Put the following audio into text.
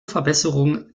verbesserung